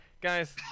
guys